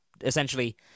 essentially